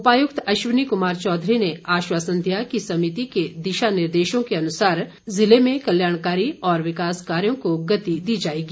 उपायुक्त अश्वनी कुमार चौधरी ने आश्वासन दिया कि समिति के दिशा निर्देश के अनुसार ज़िले में कल्याणकारी और विकास कार्यों को गति दी जाएगी